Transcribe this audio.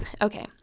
okay